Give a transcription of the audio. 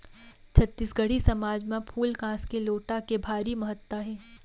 छत्तीसगढ़ी समाज म फूल कांस के लोटा के भारी महत्ता हे